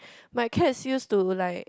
my cats used to like